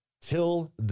Till